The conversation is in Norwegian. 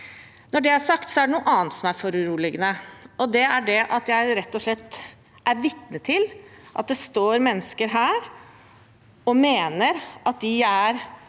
Når det er sagt, er det noe annet som er foruroligende. Det er at jeg rett og slett er vitne til at det står mennesker her og mener at de er